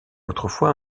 autrefois